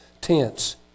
tents